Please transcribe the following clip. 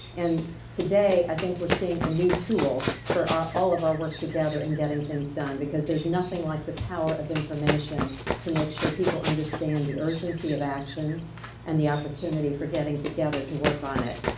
and today, i think we're seeing a new tool for all of our work together in getting things done. because there's nothing like the power of information to make sure people understand the urgency of action and the opportunity for getting together to work on it.